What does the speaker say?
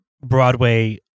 Broadway